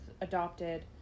adopted